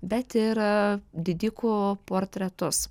bet ir didikų portretus